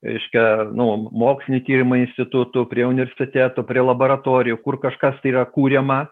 reiškia nu mokslinių tyrimų institutų prie universiteto prie laboratorijų kur kažkas tai yra kuriama